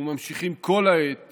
וממשיכים כל העת